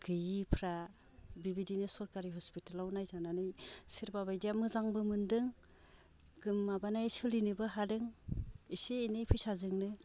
गैयिफ्रा बिबायदिनो सरखारि हस्पिटालाव नायजानानै सोरबा बायदिया मोजांबो मोन्दों माबानाय सलिनोबो हादों एसे एनै फैसाजोंनो